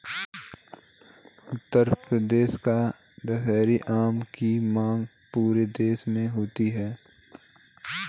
उत्तर प्रदेश का दशहरी आम की मांग पूरे देश में होती है